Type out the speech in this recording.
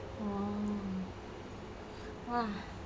oh !wah!